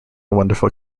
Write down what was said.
wonderful